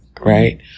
right